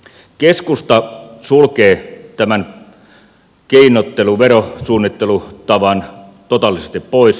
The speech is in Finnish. keskusta sulkee tämän keinottelu verosuunnittelutavan totaalisesti pois